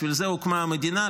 בשביל זה הוקמה המדינה,